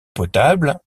potable